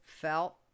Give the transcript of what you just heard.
felt